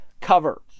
cover